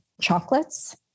chocolates